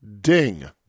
Ding